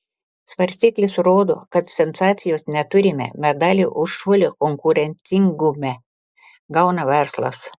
svarstyklės rodo kad sensacijos neturime medalį už šuolį konkurencingume gauna verslas